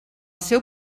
seu